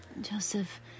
Joseph